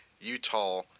Utah